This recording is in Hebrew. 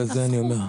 בגלל זה אני אומר,